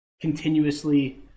continuously